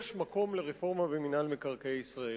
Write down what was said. יש מקום לרפורמה במינהל מקרקעי ישראל.